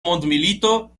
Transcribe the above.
mondmilito